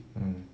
mmhmm